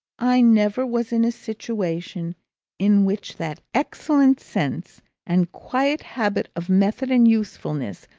i never was in a situation in which that excellent sense and quiet habit of method and usefulness,